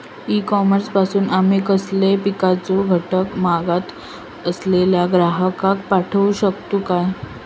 E commerce पासून आमी कसलोय पिकाचो घटक मागत असलेल्या ग्राहकाक पाठउक शकतू काय?